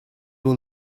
will